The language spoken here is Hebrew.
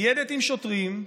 וניידת עם שוטרים,